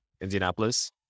Indianapolis